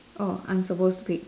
oh I'm supposed to pick